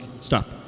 Stop